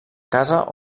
casa